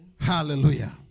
Hallelujah